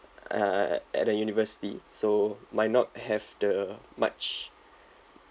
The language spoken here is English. uh at a university so might not have the much